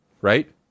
Right